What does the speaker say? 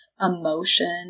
emotion